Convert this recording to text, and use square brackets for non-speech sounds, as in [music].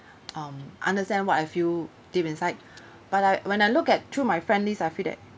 um understand what I feel deep inside [breath] but I when I look at through my friend list I feel that